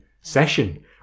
Session